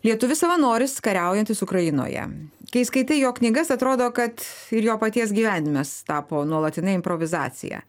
lietuvis savanoris kariaujantis ukrainoje kai skaitai jo knygas atrodo kad ir jo paties gyvenimas tapo nuolatine improvizacija